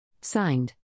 Signed